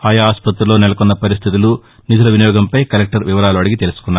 ఆయా ఆసుపత్రుల్లో నెలకొన్న పరిస్థితులు నిధుల వినియోగంపై కలెక్టర్ వివరాలు అడిగి తెలుసుకున్నారు